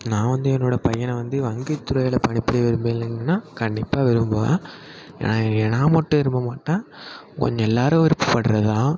நான் வந்து என்னோடய பையனை வந்து வங்கி துறையில் பணிப்புரிய கண்டிப்பாக விரும்புவேன் ஏனா நான் மட்டும் விரும்ப மாட்டேன் கொஞ்சம் எல்லோரும் விருப்பப்படுறது தான்